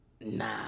nah